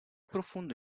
profundo